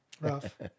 Rough